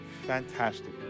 Fantastic